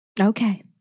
Okay